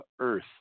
earth